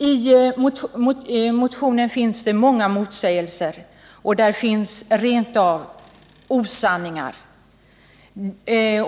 I motionen finns många motsägelser och där finns rent av osanningar.